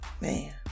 man